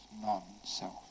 non-self